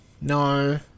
No